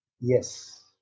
Yes